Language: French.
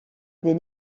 des